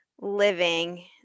living